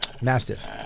Mastiff